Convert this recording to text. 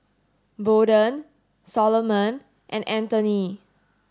Bolden Solomon and Anthoney